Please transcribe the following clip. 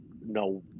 no